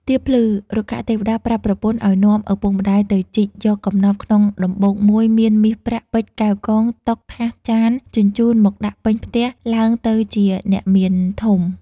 ទៀបភ្លឺរុក្ខទេវតាប្រាប់ប្រពន្ធឱ្យនាំឪពុកម្ដាយទៅជីកយកកំណប់ក្នុងដំបូកមួយមាន មាសប្រាក់ ពេជ្រ កែវ់កង តុ ថាស ចាន ជញ្ជូនមកដាក់ពេញផ្ទះ ឡើងទៅជាអ្នកមានធំ។